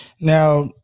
Now